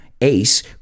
Ace